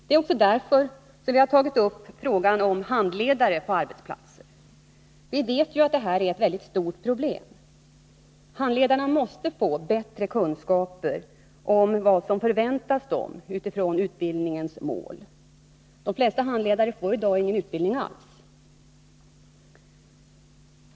Det är också därför vi har tagit upp frågan om handledare på arbetsplatser. Vi vet att detta är ett mycket stort problem. Handledarna måste få bättre kunskaper om vad som förväntas av dem med utgångspunkt från utbildningens mål. De flesta handledare får i dag ingen utbildning alls.